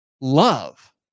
love